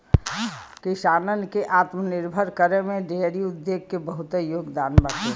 किसानन के आत्मनिर्भर करे में डेयरी उद्योग के बहुते योगदान बाटे